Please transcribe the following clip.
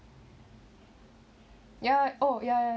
ya oh ya ya